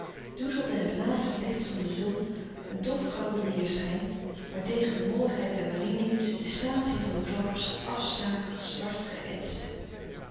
doezelde het laatste licht van de zon een dofgouden weêrschijn waartegen de molligheid der waringins de statie van de klappers afstaken als zwart geëtst